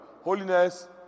holiness